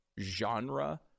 genre